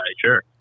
sure